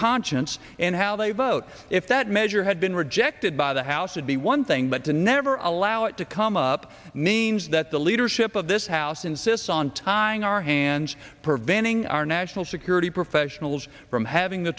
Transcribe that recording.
conscience and how they vote if that measure had been rejected by the house would be one thing but to never allow it to come up means that the leadership of this house insists on tying our hands preventing our national security professionals from having the